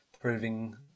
proving